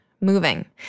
moving